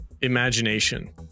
imagination